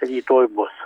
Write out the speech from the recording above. rytoj bus